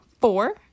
four